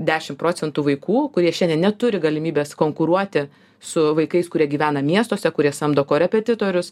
dešim procentų vaikų kurie šiandien neturi galimybės konkuruoti su vaikais kurie gyvena miestuose kurie samdo korepetitorius